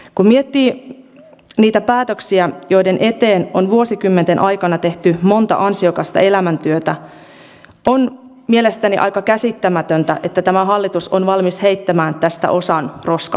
kun miettii niitä päätöksiä joiden eteen on vuosikymmenten aikana tehty monta ansiokasta elämäntyötä on mielestäni aika käsittämätöntä että tämä hallitus on valmis heittämään tästä osan roskakoriin